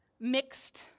mixed